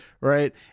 Right